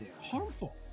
harmful